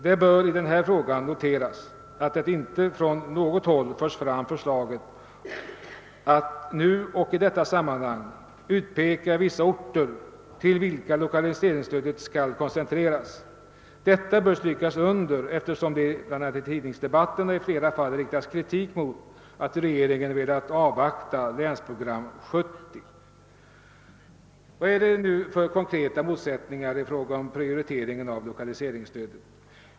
Det bör i denna fråga noteras att inte från något håll förts fram förslag att i det här sammanhanget utpeka vissa orter till vilka lokaliseringsstödet skall koncentreras. Detta bör understrykas, eftersom i tidningsdebatten i flera fall kritik riktats mot att regeringen velat avvakta länsprogram 1970. Vilken är då den konkreta motsättningen i fråga om prioriteringar av 1okaliseringsstödet?